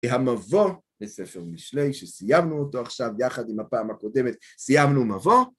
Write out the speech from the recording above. המבוא בספר משלי שסיימנו אותו עכשיו, יחד עם הפעם הקודמת, סיימנו מבוא